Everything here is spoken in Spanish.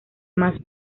más